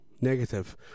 negative